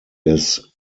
des